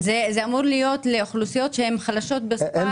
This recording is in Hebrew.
זה אמור להיות לאוכלוסיות שהן חלשות בעברית.